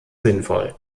sinnvoll